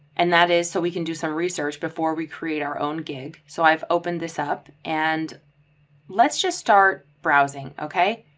and that is so we can do some research before we create our own gig. so i've opened this up, and let's just start browsing. okay,